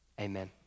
amen